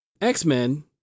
X-Men